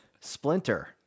Splinter